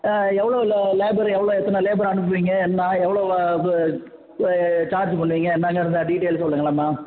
எவ்வளோவுல labour எவ்வளோ எத்தனை labour அனுப்புவிங்க என்னா எவ்வளோவ சார்ஜ்ஜி பண்ணுவிங்க என்னன்னு டீட்டெயல் சொல்லுங்களன்மா